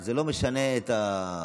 זה לא משנה את,